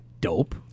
Dope